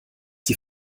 die